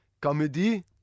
comedy